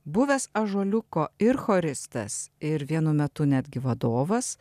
buvęs ąžuoliuko ir choristas ir vienu metu netgi vadovas